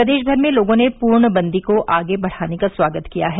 प्रदेश भर में लोगों ने पूर्णबंदी को आगे बढ़ाने का स्वागत किया है